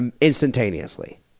instantaneously